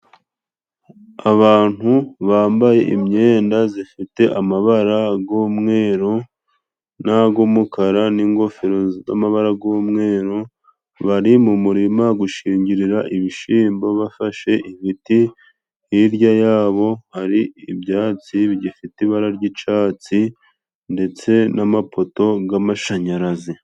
Abantu bambaye imyenda zifite amabara g'umweru, n'ag'umukara n'ingofero z'amabara g'umweru, bari mu murima gushingirira ibishimbo bafashe ibiti. Hirya yabo hari ibyatsi bifite ibara ry'icyatsi ndetse n'amapoto g'amashanyarazi.